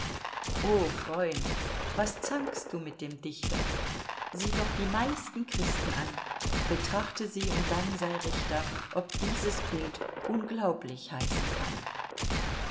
o freund was zankst du mit dem dichter sieh doch die meisten christen an betrachte sie und dann sei richter ob dieses bild unglaublich heißen kann